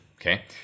okay